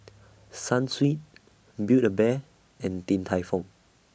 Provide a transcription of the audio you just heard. Sunsweet Build A Bear and Din Tai Fung